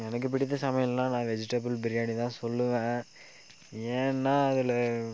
எனக்கு பிடித்த சமையல்னால் நான் வெஜிடபிள் பிரியாணி தான் சொல்வேன் ஏன்னால் அதில்